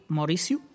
Maurício